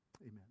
Amen